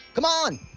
come on.